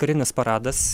karinis paradas